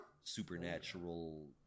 supernatural